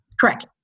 Correct